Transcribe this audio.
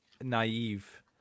naive